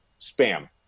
spam